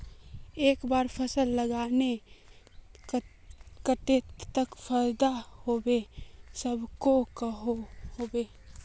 एक बार फसल लगाले कतेक तक फायदा होबे सकोहो होबे?